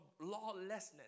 lawlessness